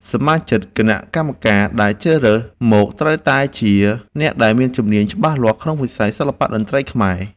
សមាជិកគណៈកម្មការដែលជ្រើសរើសមកត្រូវតែជាអ្នកដែលមានជំនាញច្បាស់លាស់ក្នុងវិស័យសិល្បៈតន្ត្រីខ្មែរ។